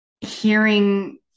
hearing